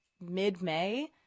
mid-May